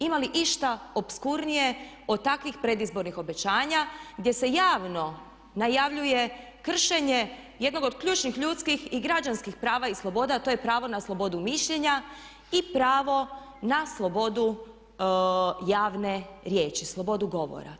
Ima li išta opskurnije od takvih predizbornih obećanja gdje se javno najavljuje kršenje jedno od ključnih ljudskih i građanskih prava i sloboda a to je pravo na slobodu mišljenja i pravo na slobodu javne riječi, slobodu govora?